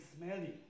smelly